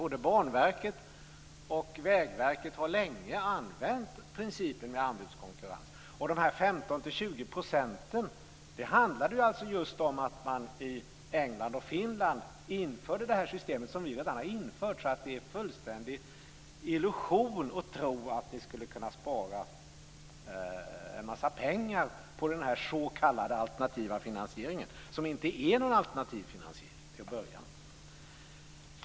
Både Banverket och Vägverket har länge använt principen med anbudskonkurrens. Talet om de här 15-20 % handlade alltså just om att man i England och Finland införde det system som vi redan hade infört, så det är en fullständig illusion att tro att vi skulle kunna spara en massa pengar på den s.k. alternativa finansieringen, som inte är någon alternativ finansiering till att börja med.